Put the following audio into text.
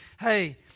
hey